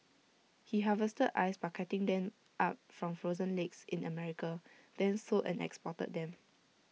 he harvested ice by cutting them up from frozen lakes in America then sold and exported them